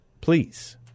Please